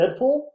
Deadpool